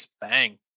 Bang